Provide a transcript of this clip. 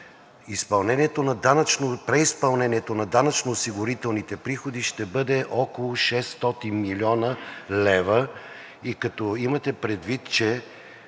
преизпълнението на данъчно-осигурителните приходи ще бъде около 600 млн. лв. и като имате предвид, че